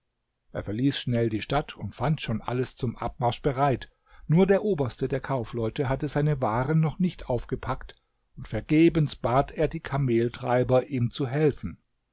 er verließ schnell die stadt und fand schon alles zum abmarsch bereit nur der oberste der kaufleute hatte seine waren noch nicht aufgepackt und vergebens bat er die kameltreiber ihm zu helfen